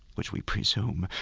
which we presume,